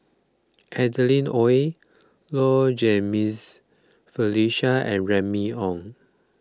Adeline Ooi Low Jimenez Felicia and Remy Ong